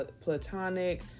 platonic